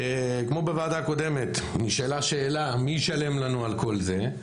כמו בוועדה הקודמת: נשאלה השאלה מי ישלם לנו על כל זה.